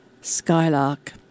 Skylark